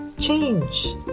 change